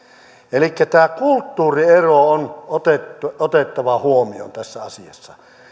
elikkä tämä kulttuuriero on otettava otettava huomioon tässä asiassa